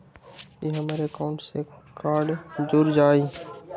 ई हमर अकाउंट से कार्ड जुर जाई?